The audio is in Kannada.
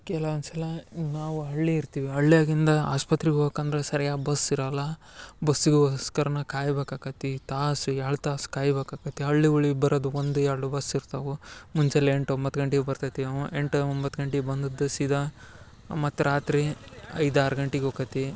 ಕೆಲವೊಂದ್ಸಲ ನಾವು ಹಳ್ಳಿ ಇರ್ತೀವಿ ಹಳ್ಯಾಗಿಂದ ಆಸ್ಪತ್ರಿಗೆ ಹೋಗಕಂದ್ರ ಸರಿಯಾಗಿ ಬಸ್ ಇರಲ್ಲ ಬಸ್ಸಿಗೋಸ್ಕರನ ಕಾಯ್ಬೇಕಾಕತ್ತಿ ತಾಸು ಏಳು ತಾಸು ಕಾಯ್ಬೇಕಾಕತ್ತಿ ಹಳ್ಳಿಗುಳಿಗೆ ಬರದು ಒಂದು ಎರಡು ಬಸ್ ಇರ್ತವು ಮುಂಚೆಲ್ಲ ಎಂಟ್ ಒಂಬತ್ ಗಂಟಿಗ್ ಬರ್ತೈತಿ ಅವ ಎಂಟ್ ಒಂಬತ್ ಗಂಟಿಗ್ ಬಂದದ್ ಸೀದಾ ಮತ್ ರಾತ್ರಿ ಐದ್ ಆರ್ ಗಂಟಿಗ್ ಓಕತ್ತಿ